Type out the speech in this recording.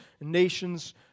nations